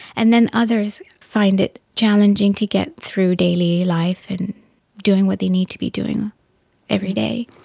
and then others find it challenging to get through daily life and doing what they need to be doing every day.